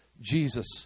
Jesus